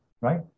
right